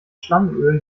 schlangenöl